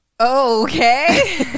Okay